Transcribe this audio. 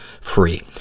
free